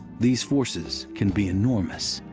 these forces can be enormous.